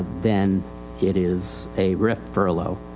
then it is a rif furlough.